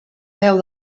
peu